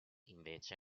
invece